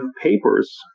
papers